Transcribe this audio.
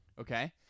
okay